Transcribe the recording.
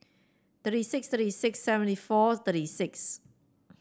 thirty six thirty six seventy four thirty six